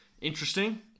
interesting